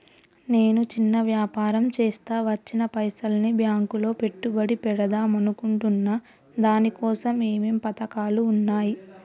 నేను చిన్న వ్యాపారం చేస్తా వచ్చిన పైసల్ని బ్యాంకులో పెట్టుబడి పెడదాం అనుకుంటున్నా దీనికోసం ఏమేం పథకాలు ఉన్నాయ్?